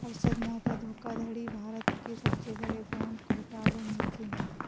हर्षद मेहता धोखाधड़ी भारत के सबसे बड़े बैंक घोटालों में से है